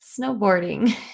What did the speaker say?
snowboarding